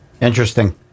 Interesting